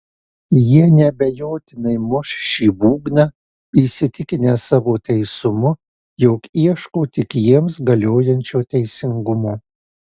jie neabejotinai muš šį būgną įsitikinę savo teisumu jog ieško tik jiems galiojančio teisingumo